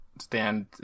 stand